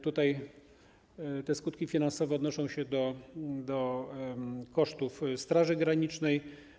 Te skutki finansowe odnoszą się do kosztów Straży Granicznej.